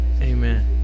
Amen